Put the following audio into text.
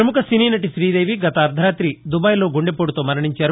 ప్రపముఖ సినీ నటి శ్రీదేవి గత అర్దరాతి దుబాయ్లో గుండెపోటుతో మరణించారు